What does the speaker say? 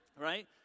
right